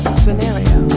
scenario